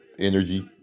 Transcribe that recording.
energy